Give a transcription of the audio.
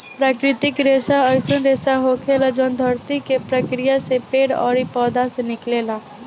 प्राकृतिक रेसा अईसन रेसा होखेला जवन धरती के प्रक्रिया से पेड़ ओरी पौधा से निकलेला